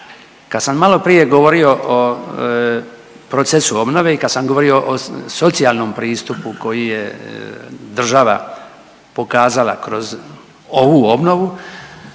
Kad sam maloprije govorio o procesu obnove i kad sam govorio o socijalnom pristupu koji je država pokazala kroz ovu obnovu